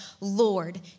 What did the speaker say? Lord